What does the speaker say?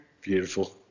Beautiful